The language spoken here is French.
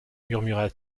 murmura